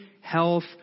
health